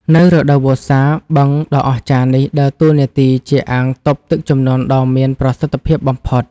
នៅរដូវវស្សា បឹងដ៏អស្ចារ្យនេះដើរតួនាទីជាអាងទប់ទឹកជំនន់ដ៏មានប្រសិទ្ធភាពបំផុត។